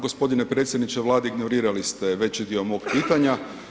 Gospodine predsjedniče Vlade, ignorirali ste već dio mog pitanja.